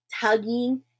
tugging